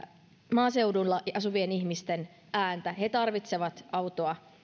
maaseudulla asuvien ihmisten ääntä nämä tarvitsevat autoa